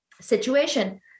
situation